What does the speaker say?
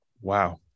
Wow